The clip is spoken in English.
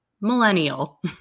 millennial